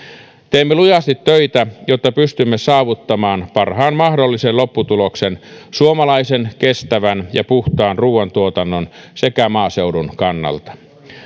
teemme lujasti töitä jotta pystymme saavuttamaan parhaan mahdollisen lopputuloksen suomalaisen kestävän ja puhtaan ruuantuotannon sekä maaseudun kannalta